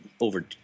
over